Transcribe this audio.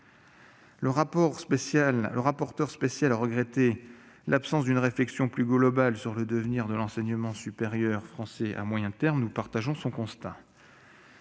Le rapporteur spécial a regretté l'absence d'une réflexion plus globale sur le devenir de l'enseignement supérieur français à moyen terme. Nous partageons son constat.